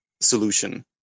solution